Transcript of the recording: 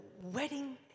wedding